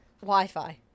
Wi-Fi